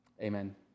Amen